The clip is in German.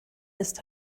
ist